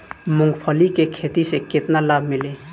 मूँगफली के खेती से केतना लाभ मिली?